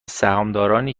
سهامدارنی